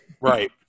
Right